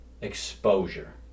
exposure